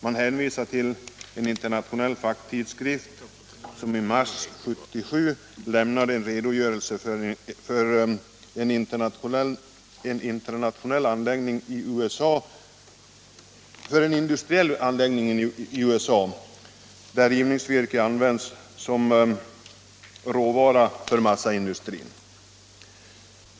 Man hänvisar till en internationell facktidskrift, Pulp and Paper International, som i mars 1977 lämnade en redogörelse för en industriell anläggning i USA, där rivningsvirke har använts som råvara för massaindustrin.